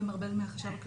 הינה, עוד תמרור אין כניסה.